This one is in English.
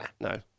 No